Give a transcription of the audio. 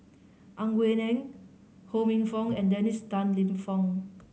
Ang Wei Neng Ho Minfong and Dennis Tan Lip Fong